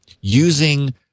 using